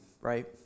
right